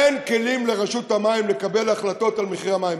אין כלים לרשות המים לקבל החלטות על מחירי המים.